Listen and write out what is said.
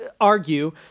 argue